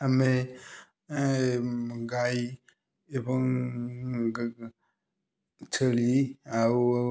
ଆମେ ଗାଈ ଏବଂ ଛେଳି ଆଉ